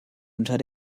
unter